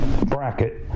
bracket